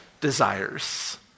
desires